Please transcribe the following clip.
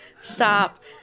Stop